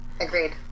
Agreed